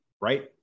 right